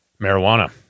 Marijuana